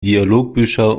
dialogbücher